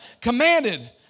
Commanded